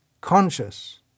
conscious